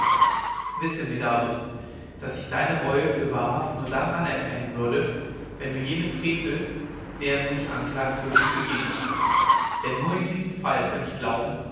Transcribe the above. wisse medardus daß ich deine reue für wahrhaft nur dann anerkennen würde wenn du jene frevel deren du dich anklagst wirklich begingst denn nur in diesem fall könnt ich glauben